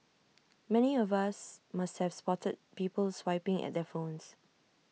many of us must have spotted people swiping at their phones